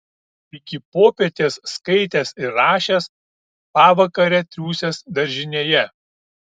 iki popietės skaitęs ir rašęs pavakare triūsęs daržinėje